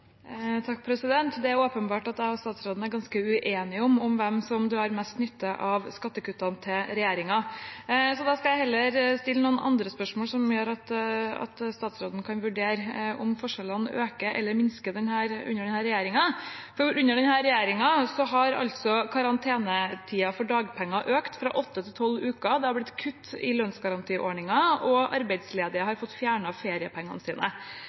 Det er åpenbart at jeg og statsråden er ganske uenige om hvem som drar mest nytte av skattekuttene til regjeringen. Så da skal jeg heller stille noen andre spørsmål som gjør at statsråden kan vurdere om forskjellene øker eller minsker under denne regjeringen. Under denne regjeringen har karantenetiden for dagpenger økt fra åtte til tolv uker, det har blitt kutt i lønnsgarantiordningen, og arbeidsledige har fått fjernet feriepengene sine.